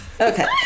Okay